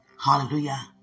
Hallelujah